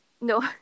No